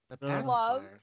love